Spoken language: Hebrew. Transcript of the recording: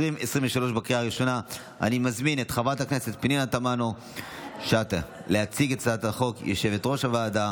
אושרה בקריאה הראשונה ותחזור לדיון בוועדה המשותפת של הוועדה